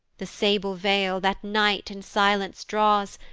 the sable veil, that night in silence draws,